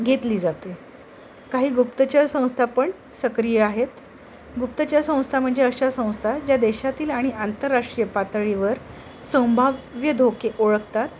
घेतली जाते काही गुप्तचरसंस्था पण सक्रिय आहेत गुप्तचार संस्था म्हणजे अशा संस्था ज्या देशातील आणि आंतरराष्ट्रीय पातळीवर संभाव्य धोके ओळखतात